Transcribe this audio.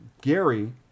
Gary